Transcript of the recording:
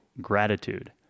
gratitude